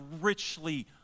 richly